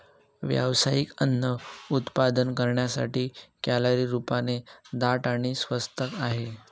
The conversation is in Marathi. व्यावसायिक अन्न उत्पादन करण्यासाठी, कॅलरी रूपाने दाट आणि स्वस्त आहे